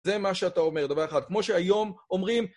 זה מה שאתה אומר, דבר אחד. כמו שהיום אומרים...